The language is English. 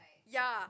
ya